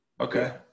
okay